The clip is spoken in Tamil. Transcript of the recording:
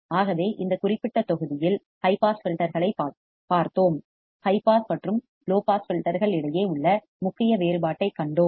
ஆகவே இந்த குறிப்பிட்ட அத்தியாயத்தில் ஹை பாஸ் ஃபில்டர்களை பார்த்தோம் ஹை பாஸ் மற்றும் லோ பாஸ் ஃபில்டர்கள் இடையே உள்ள முக்கிய வேறுபாட்டைக் கண்டோம்